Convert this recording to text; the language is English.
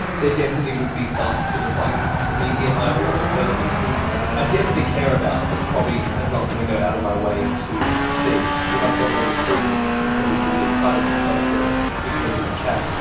they definitely would be some sort of like medium level of person who i definitely care about but probably um not going to go out of my way to see. if i saw them on the street probably be really excited and stop for a fifteen minute chat,